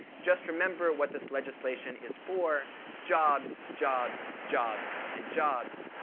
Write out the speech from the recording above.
just remember what this legislation is for jobs, jobs, jobs, and jobs.